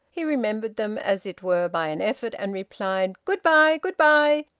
he remembered them, as it were by an effort, and replied, good-bye, good-bye,